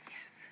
Yes